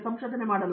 professor